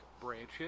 branches